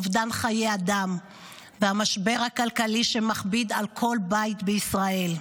אובדן חיי אדם והמשבר הכלכלי שמכביד על כל בית בישראל.